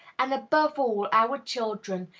and, above all, our children,